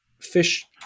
fish